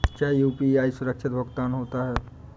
क्या यू.पी.आई सुरक्षित भुगतान होता है?